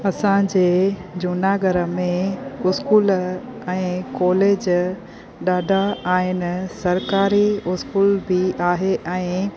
असांजे जूनागढ़ मे इस्कूल ऐं कॉलेज ॾाढा आहिनि सरकारी इस्कूल बि आहे ऐं